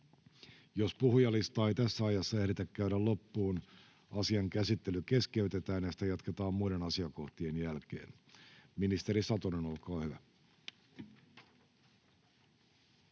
Jos puhujalistaa ei tässä ajassa ehditä käydä loppuun, asian käsittely keskeytetään ja sitä jatketaan muiden asiakohtien jälkeen. — Ministeri Satonen, olkaa hyvä.